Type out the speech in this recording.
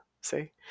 See